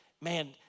man